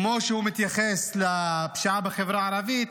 כמו שהוא מתייחס לפשיעה בחברה הערבית,